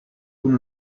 con